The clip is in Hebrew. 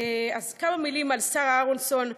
כמה מילים על שרה אהרונסון,